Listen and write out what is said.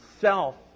self